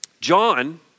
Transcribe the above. John